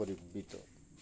পরিবিত